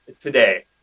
today